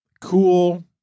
cool